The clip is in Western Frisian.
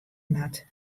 moat